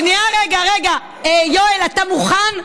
שנייה, רגע, רגע, יואל, אתה מוכן?